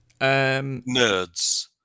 Nerds